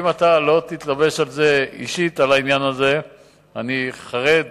אם אתה לא תתלבש על העניין הזה אישית, אני חרד